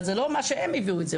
אבל זה לא אומר שהם הגיעו לזה.